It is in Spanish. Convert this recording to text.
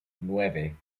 nueve